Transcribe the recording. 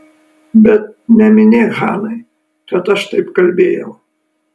bet neminėk hanai kad aš taip kalbėjau